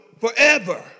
forever